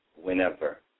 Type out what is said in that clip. Whenever